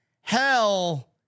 Hell